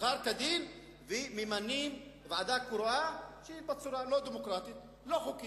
שנבחר כדין וממנים ועדה קרואה בצורה לא דמוקרטית ולא חוקית.